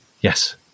Yes